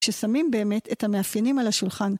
כששמים באמת את המאפיינים על השולחן.